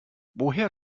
woher